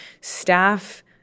staff